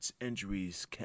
injuries